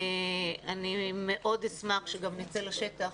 אני מאוד אשמח שנצא לשטח,